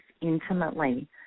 intimately